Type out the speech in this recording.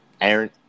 Aaron